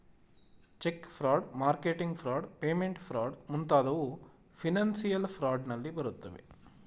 check fraud, marketing fraud, payment fraud ಮುಂತಾದವು financial fraud ನಲ್ಲಿ ಬರುತ್ತವೆ